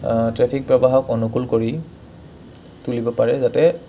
traffic প্ৰবাহক অনুকূল কৰি তুলিব পাৰে যাতে